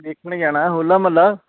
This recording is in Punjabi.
ਦੇਖਣ ਜਾਣਾ ਹੈ ਹੋਲਾ ਮੁਹੱਲਾ